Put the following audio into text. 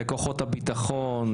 לכוחות הביטחון,